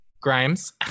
Grimes